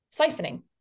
siphoning